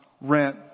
rent